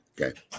Okay